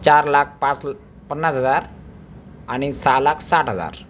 चार लाख पाच पन्नास हजार आणि सहा लाख साठ हजार